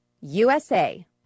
USA